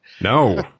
No